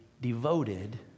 devoted